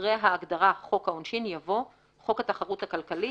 אחרי ההגדרה "חוק העונשין" יבוא: ""חוק התחרות הכלכלית"